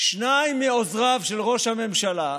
שניים מעוזריו של ראש הממשלה,